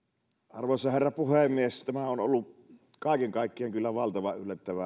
arvoisa herra puhemies tämä on ollut kaiken kaikkiaan kyllä valtavan yllättävä